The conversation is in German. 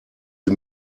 sie